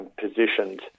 Positioned